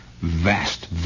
vast